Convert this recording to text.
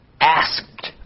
asked